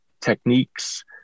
techniques